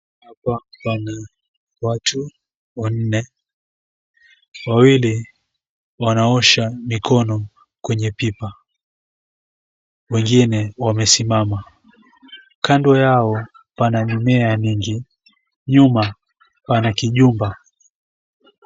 Hapa pana watu wanne, wawili wanaosha mikono kwenye pipa, wengine wamesimama, kando yao pana mimea mingi, nyuma pana kijumba.